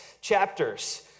chapters